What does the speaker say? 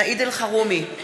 סעיד אלחרומי,